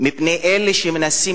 על-ידי אלה שמנסים